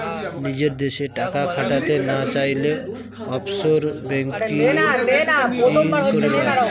নিজের দেশে টাকা খাটাতে না চাইলে, অফশোর বেঙ্কিং করে লাও